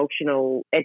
emotional